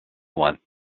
one